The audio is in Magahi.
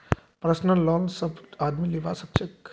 पर्सनल लोन सब आदमी लीबा सखछे